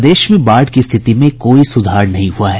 प्रदेश में बाढ़ की स्थिति में कोई सुधार नहीं हुआ है